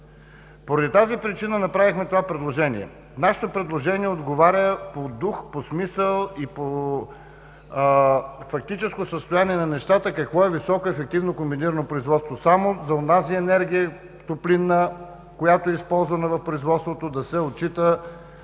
Поради тази причина направихме това предложение. Нашето предложение отговаря по дух, по смисъл и по фактическо състояние на нещата. Какво е „високоефективно комбинирано производство“ – само за онази топлинна енергия, която е използвана в производството, да се отчита